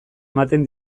ematen